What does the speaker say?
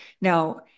now